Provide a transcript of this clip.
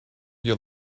you